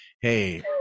hey